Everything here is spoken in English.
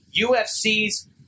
UFC's